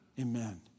Amen